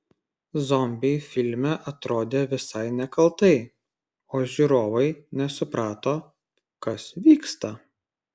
zombiai filme atrodė visai nekaltai o žiūrovai nesuprato kas vyksta